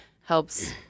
helps